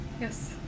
Yes